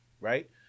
right